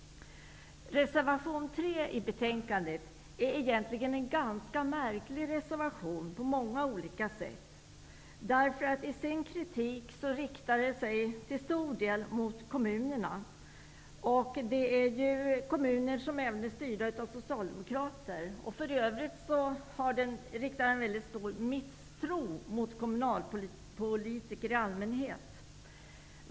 Reservation 3 i betänkandet är egentligen på många olika sätt en ganska märklig reservation. Kritiken i reservationen riktar sig till stor del mot kommunerna. Det är även kommuner som styrs av socialdemokrater. För övrigt riktas det i reservationen mycket stor misstro mot kommunalpolitiker i allmänhet.